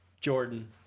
Jordan